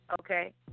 Okay